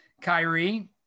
Kyrie